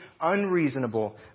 unreasonable